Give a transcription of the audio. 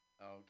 okay